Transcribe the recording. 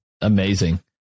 Amazing